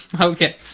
Okay